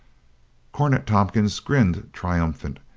cornet tompkins grinned triumphant,